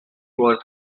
were